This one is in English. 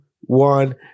one